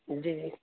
جی جی